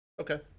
okay